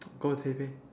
go with Pei-Pei